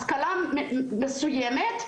השכלה מסוימת,